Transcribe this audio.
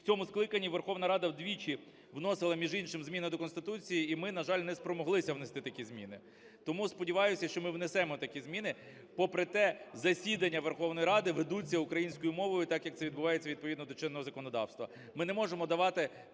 В цьому скликанні Верховна Рада двічі вносила, між іншим, зміни до Конституції, і ми, на жаль, не спромоглися внести такі зміни. Тому, сподіваюся, що ми внесемо такі зміни. Попри те, засідання Верховної Ради ведуть українською мовою, так, як це відбувається відповідно до чинного законодавства.